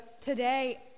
today